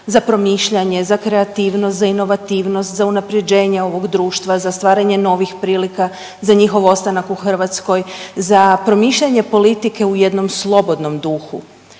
za promišljanje, za kreativnost, za inovativnost, za unaprjeđenje ovog društva, za stvaranje novih prilika, za njihov ostanak u Hrvatskoj, za promišljanje politike u jednom slobodnom duhu